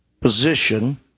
position